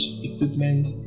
equipment